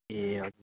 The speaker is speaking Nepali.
ए हजुर